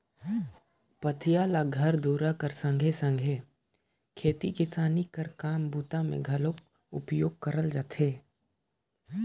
पथिया ल घर दूरा कर संघे सघे खेती किसानी कर काम बूता मे घलो उपयोग करल जाथे